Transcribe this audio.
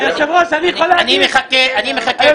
אני מחכה לפרישה של ראש הממשלה.